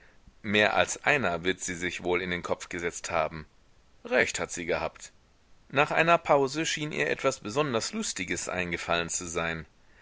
mehr als einer wird sie sich wohl in den kopf gesetzt haben recht hat sie gehabt nach einer pause schien ihr etwas besonders lustiges eingefallen zu sein